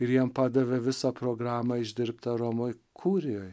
ir jiem padavė visą programą išdirbtą romoj kurijoj